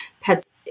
pets